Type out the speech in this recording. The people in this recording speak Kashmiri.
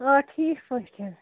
آ ٹھیٖک پٲٹھۍ